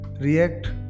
react